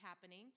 happening